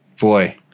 boy